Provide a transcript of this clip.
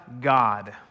God